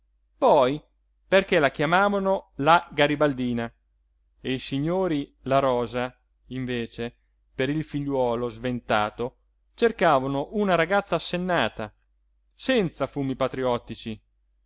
poi perché la chiamavano la garibaldina e i signori la rosa invece per il figliuolo sventato cercavano una ragazza assennata senza fumi patriottici